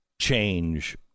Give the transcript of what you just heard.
change